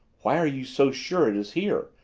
why are you so sure it is here?